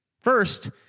First